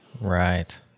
Right